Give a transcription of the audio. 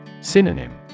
Synonym